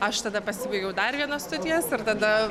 aš tada pasibaigiau dar vienas studijas ir tada